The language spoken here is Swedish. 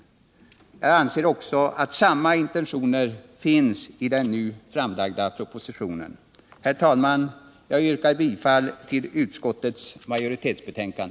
Jag anser också att samma intentioner finns i den nu framlagda propositionen. Herr talman! Jag yrkar bifall till utskottsmajoritetens förslag.